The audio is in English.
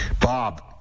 Bob